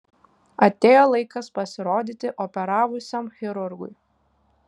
atėjo laikas pasirodyti operavusiam chirurgui